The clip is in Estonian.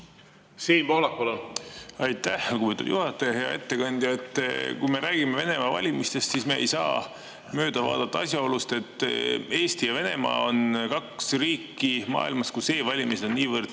Hea ettekandja! Kui me räägime Venemaa valimistest, siis me ei saa mööda vaadata asjaolust, et Eesti ja Venemaa on kaks riiki maailmas, kus e-valimised on niivõrd